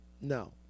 No